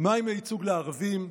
מה עם הייצוג לערבים?